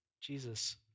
Jesus